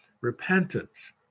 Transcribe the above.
Repentance